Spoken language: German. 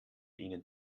ihnen